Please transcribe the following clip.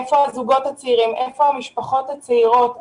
איפה הזוגות הצעירים והמשפחות הצעירות?